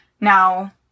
now